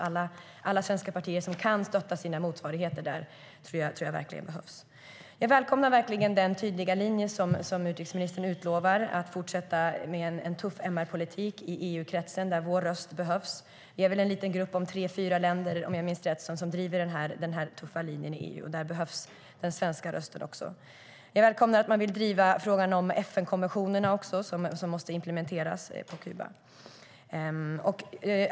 Alla svenska partier som kan stötta sina motsvarigheter där tror jag verkligen behövs. Jag välkomnar verkligen den tydliga linje som utrikesministern utlovar, att fortsätta med en tuff MR-politik i EU-kretsen, där vår röst behövs. Vi är väl en liten grupp på tre fyra länder, som driver den här tuffa linjen i EU, och där behövs den svenska rösten också. Jag välkomnar att man vill driva frågan om de FN-konventioner som måste implementeras på Kuba.